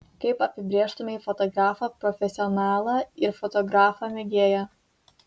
kaip apibrėžtumei fotografą profesionalą ir fotografą mėgėją